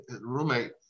roommate